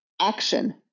action